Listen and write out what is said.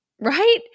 right